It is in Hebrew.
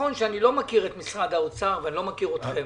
שאני לא מכיר את משרד האוצר ואני לא מכיר אתכם.